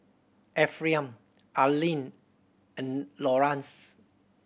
Ephraim Arleen and Lawrance